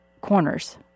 corners